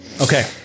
Okay